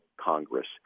Congress